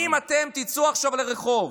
ואם אתם תצאו עכשיו לרחוב